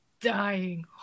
dying